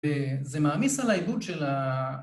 וזה מעמיס על העיבוד של ה...